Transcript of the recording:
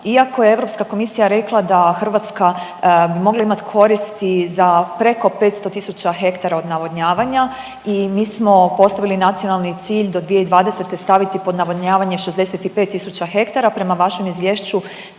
Iako je Europska komisija rekla da Hrvatska bi mogla imati koristi za preko 500 000 ha od navodnjavanja i mi smo postavili nacionalni cilj do 2020. staviti pod navodnjavanje 65000 ha. Prema vašem izvješću